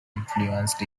influenced